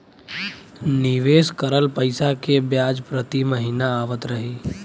निवेश करल पैसा के ब्याज प्रति महीना आवत रही?